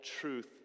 truth